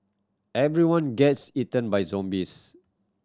everybody gets eaten by zombies